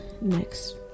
next